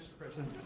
president,